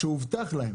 כאשר הובטח להם